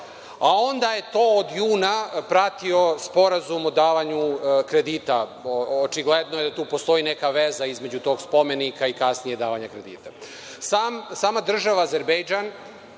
A onda je to od juna, pratilo sporazum o davanju kredita, očigledno postoji tu neka veza između tog spomenika i kasnijeg davanja kredita. Sama država Azerbejdžan,